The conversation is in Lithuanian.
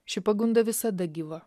ši pagunda visada gyva